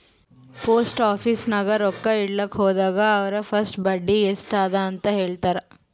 post office ನಾಗ್ ರೊಕ್ಕಾ ಇಡ್ಲಕ್ ಹೋದಾಗ ಅವ್ರ ಫಸ್ಟ್ ಬಡ್ಡಿ ಎಸ್ಟ್ ಅದ ಅಂತ ಹೇಳ್ತಾರ್